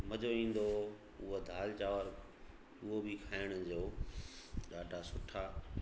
मज़ो ईंदो हुओ उहे दालि चावंर उहे बि खाइण जो ॾाढा सुठा